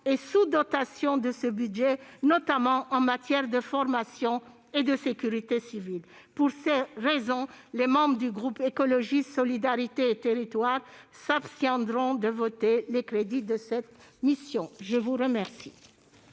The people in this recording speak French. et sous-dotations de ce budget, notamment en matière de formation et de sécurité civile. Pour ces raisons, les membres du groupe Écologiste - Solidarité et Territoires s'abstiendront de voter les crédits de cette mission. La parole